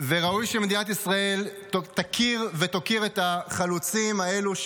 וראוי שמדינת ישראל תכיר ותוקיר את החלוצים האלה,